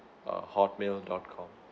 uh hotmail dot com